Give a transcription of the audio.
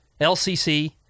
LCC